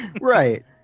right